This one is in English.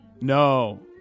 No